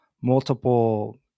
multiple